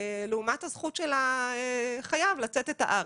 לעומת הזכות של החייב לצאת את הארץ.